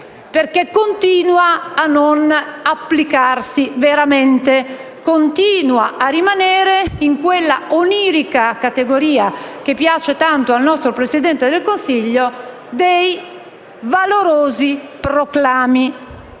perché continua a non applicarsi veramente, continua a rimanere in quella onirica categoria che piace tanto al nostro Presidente del Consiglio dei valorosi proclami.